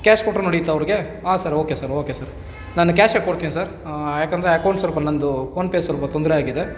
cash ಕೊಟ್ರೂ ನಡೀತಾ ಅವ್ರಿಗೆ ಹಾಂ sir okay sir okay sir ನಾನು ಕ್ಯಾಶೇ ಕೊಡ್ತಿನಿ ಸರ್ ಯಾಕಂದರೆ ಅಕೌಂಟ್ ಸ್ವಲ್ಪ ನನ್ನದು ಫೋನ್ಪೇ ಸ್ವಲ್ಪ ತೊಂದರೆ ಆಗಿದೆ